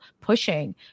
pushing